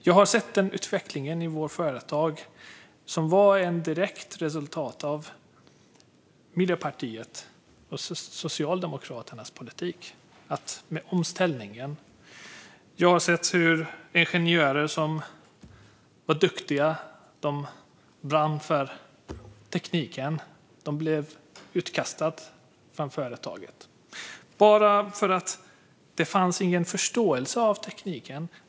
Jag har sett utvecklingen i vårt företag. Den var ett direkt resultat av Miljöpartiets och Socialdemokraternas politik med omställningen. Jag har sett hur duktiga ingenjörer som brann för tekniken blev utkastade från företaget. Det var bara för att det inte fanns någon förståelse för tekniken.